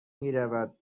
میرود